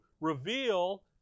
reveal